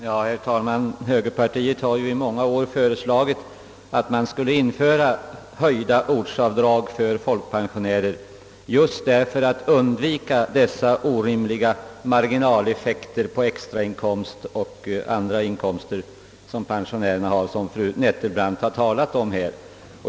Herr talman! Högerpartiet har ju i många år föreslagit att man skulle införa höjda ortsavdrag för folkpensionärer just för att undvika dessa orimliga marginaleffekter på extrainkomster och andra inkomster, som fru Nettelbrandt talade om här.